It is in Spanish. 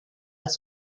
las